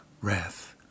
wrath